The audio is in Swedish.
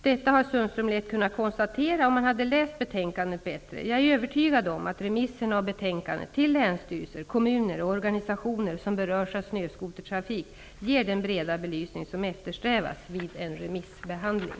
Detta hade Sundström lätt kunnat konstatera om han hade läst betänkandet bättre. Jag är övertygad om att remissen av betänkandet till länsstyrelser, kommuner och organisationer som berörs av snöskotertrafik ger den breda belysning som eftersträvas vid en remissbehandling.